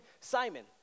Simon